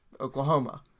Oklahoma